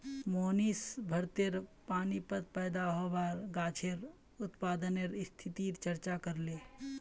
मोहनीश भारतेर पानीत पैदा होबार गाछेर उत्पादनेर स्थितिर चर्चा करले